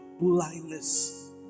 blindness